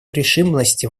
решимости